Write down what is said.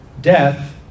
Death